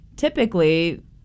typically